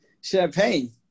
champagne